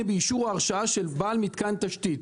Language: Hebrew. באישור או הרשאה של בעל מיתקן תשתית.